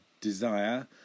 desire